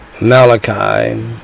Malachi